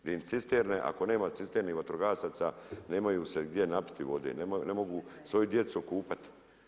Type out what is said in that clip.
Gdje im cisterne, ako nema cisterne, vatrogasaca, nemaju se gdje napiti vode, ne mogu svoju djecu okupat.